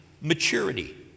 maturity